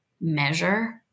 measure